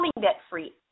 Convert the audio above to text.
debt-free